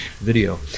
video